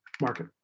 market